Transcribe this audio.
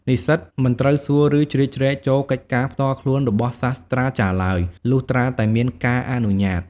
និស្សិតមិនត្រូវសួរ ឬជ្រៀតជ្រែកចូលកិច្ចការផ្ទាល់ខ្លួនរបស់សាស្រ្តាចារ្យឡើយ លុះត្រាតែមានការអនុញ្ញាត។